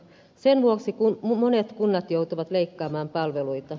sen vuoksi monet kunnat joutuvat leikkaamaan palveluita